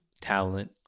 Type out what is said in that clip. talent